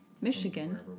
Michigan